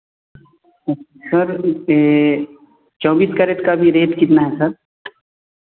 sir उस पर चौबीस कैरेट का अभी रेट कितना है सर